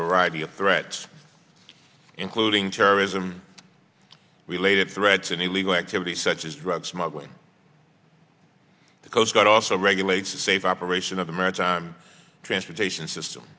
variety of threats including terrorism related threats and illegal activities such as drug smuggling the coast guard also regulates the safe operation of the maritime transportation system